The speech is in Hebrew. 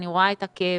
אני רואה את הכאב,